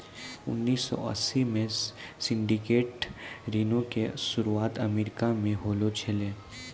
उन्नीस सौ अस्सी मे सिंडिकेटेड ऋणो के शुरुआत अमेरिका से होलो छलै